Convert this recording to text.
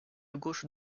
gauche